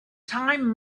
time